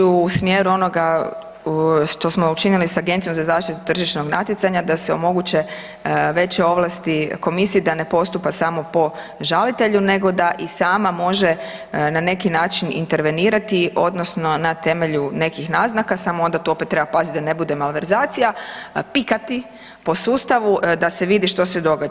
Mogli smo ići u smjeru onoga što smo učinili s Agencijom za zaštitu tržišnog natjecanja da se omoguće veće ovlasti komisiji da ne postupa samo po žalitelju nego da i sama može na neki način intervenirati odnosno na temelju nekih naznaka, samo onda to opet treba pazit da ne bude malverzacija, pikati po sustavu da se vidi što se događa.